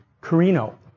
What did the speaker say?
carino